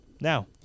Now